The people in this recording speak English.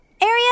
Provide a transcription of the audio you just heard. area